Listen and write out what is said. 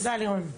תודה, לירון.